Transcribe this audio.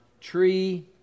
Tree